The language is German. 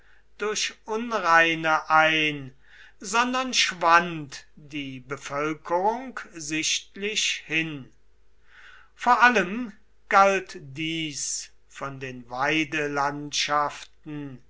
durch unreine ein sondern schwand die bevölkerung sichtlich hin vor allem galt dies von den